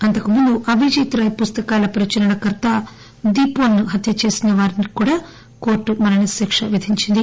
అంతకుముందు అవిజిత్ రాయ్ పుస్తకాల ప్రచురణ కర్త దిపోస్ ని హత్య చేసిన వారికి కూడా కోర్టు మరణశిక్ష విధించింది